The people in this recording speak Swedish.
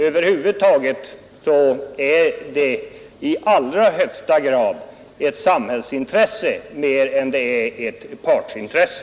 Över huvud taget är det ett samhällsintresse mer än ett partsintresse.